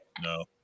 No